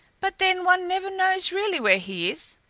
but then one never knows really where he is.